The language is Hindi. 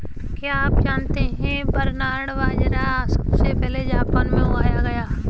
क्या आप जानते है बरनार्ड बाजरा सबसे पहले जापान में उगाया गया